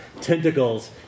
tentacles